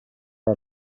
are